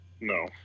No